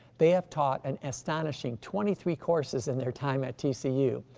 they have taught an astonishing twenty three courses in their time at tcu,